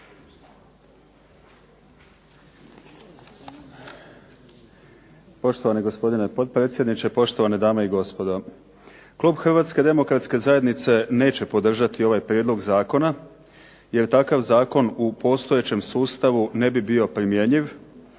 Poštovani gospodine potpredsjedniče, poštovane dame i gospodo. Klub Hrvatske demokratske zajednice neće podržati ovaj prijedlog zakona jer takav zakon u postojećem sustavu ne bi bio primjenjiv.